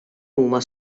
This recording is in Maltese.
huma